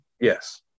yes